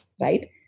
right